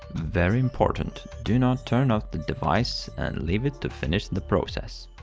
very important do not turn off the device and leave it to finish and the process.